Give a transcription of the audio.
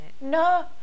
no